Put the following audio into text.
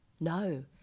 No